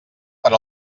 per